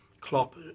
Klopp